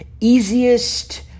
easiest